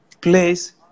place